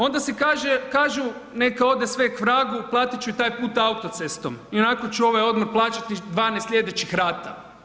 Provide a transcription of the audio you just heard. Onda si kažu neka ode sve kvragu, platit ću i taj put autocestom, ionako ću ovaj odmor plaćati 12 slijedećih rata.